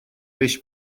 beş